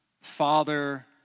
Father